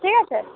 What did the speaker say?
ঠিক আছে